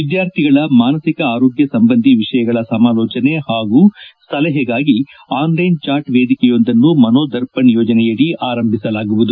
ವಿದ್ಯಾರ್ಥಿಗಳ ಮಾನಸಿಕ ಆರೋಗ್ಯ ಸಂಬಂಧಿ ವಿಷಯಗಳ ಸಮಾಲೋಚನೆ ಹಾಗೂ ಸಲಹೆಗಾಗಿ ಆನ್ಲೈನ್ ಚಾಟ್ ವೇದಿಕೆಯೊಂದನ್ನು ಮನೋದರ್ಪಣ್ ಯೋಜನೆಯಡಿ ಆರಂಭಿಸಲಾಗುವುದು